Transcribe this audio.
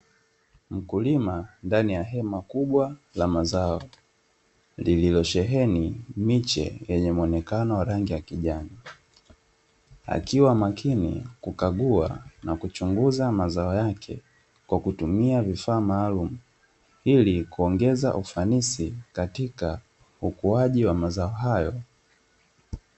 Mkulima ndani ya hema kubwa la mazao lililosheheni miche yenye muonekano wa rangi ya kijani, akiwa makini kukagua na kuchunguza mazao yake kwa kutumia vifaa maalumu ili kuongeza ufanisi katika ukuaji wa mazao hayo.